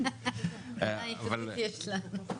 ברמה זאת שהפנסיה שלנו,